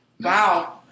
Wow